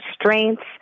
strengths